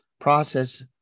process